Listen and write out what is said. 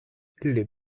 les